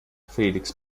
felix